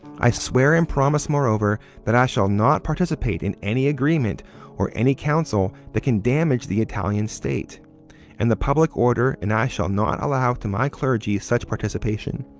i swear and promise moreover that i shall not participate in any agreement or any counsel that can damage the italian state and the public order and i shall not allow to my clergy such participation.